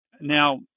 Now